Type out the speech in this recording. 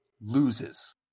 loses